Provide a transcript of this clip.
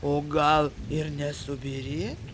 o gal ir nesubyrėti